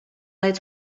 lights